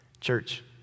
Church